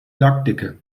lackdicke